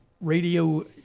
radio